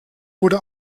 wurde